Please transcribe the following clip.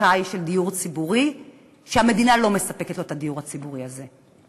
זכאי של דיור ציבורי שהמדינה לא מספקת לו את הדיור הציבורי הזה.